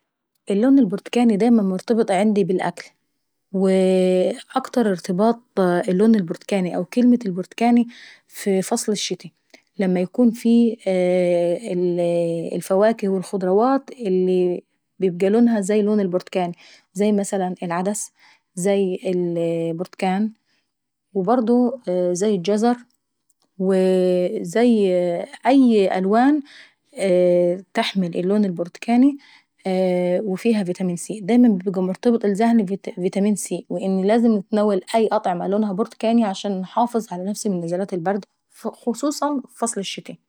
اللون البرتكاني دايما مرتبط عندي بالأكل. واكتر ارتباط اللون البرتكاني او كلمة البرتكاني في فصل الشتي لما يكون في فواكه او خضوات يبقى لونها زي لون البرتطان: زي مثلا العدس زي البرتكان وبرضه زي الجزر وزي أي الوان تحمل اللون البرتكاني وفيها فيتامين سي، ودايما يبقى مرتبط في ذهني فيتامين سي، لان لازم نتناول اي اطعمة لونها برتكاني عشان انحافظ على نفسي من نزلات البرد وخصوصا في فصل الشتي.